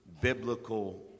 biblical